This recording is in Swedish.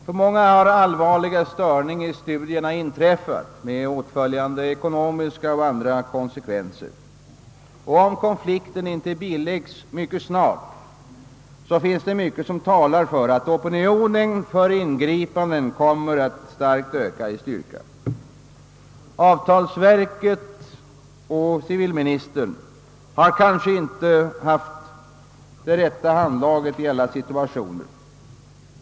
För många har allvarliga störningar i studierna inträffat med åtföljande ekonomiska och andra konsekvenser, och om inte konflikten biläggs mycket snart talar mycket för att opinionen för ingripanden kommer att bli mycket starkare. Avtalsverket och civilministern har kanske inte haft det rätta handlaget i alla situationer.